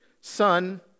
Son